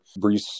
Brees